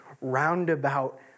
roundabout